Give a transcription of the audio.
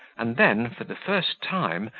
and then, for the first time,